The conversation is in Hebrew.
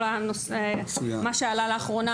מה שעלה לאחרונה,